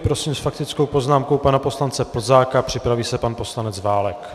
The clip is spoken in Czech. Prosím s faktickou poznámkou pana poslance Plzáka, připraví se pan poslanec Válek.